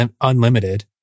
unlimited